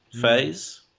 phase